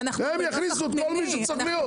הם יכניסו את כל מי שצריך להיות.